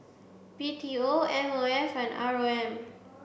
B T O M O F and R O M